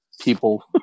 people